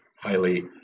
highly